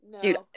Dude